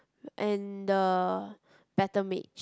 and the Battle Mage